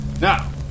Now